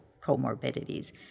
comorbidities